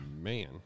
Man